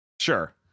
sure